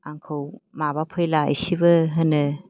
आंखौ माबा फैब्ला एसेबो होनो